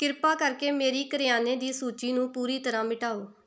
ਕਿਰਪਾ ਕਰਕੇ ਮੇਰੀ ਕਰਿਆਨੇ ਦੀ ਸੂਚੀ ਨੂੰ ਪੂਰੀ ਤਰ੍ਹਾਂ ਮਿਟਾਓ